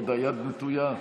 ועוד היד נטויה.